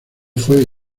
fue